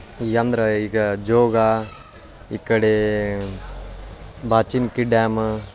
ಈಗ ಅಂದರೆ ಈಗ ಜೋಗ ಈ ಕಡೆ ಬಾಚನ್ಕಿ ಡ್ಯಾಮ